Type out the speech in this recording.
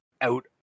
out